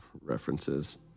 references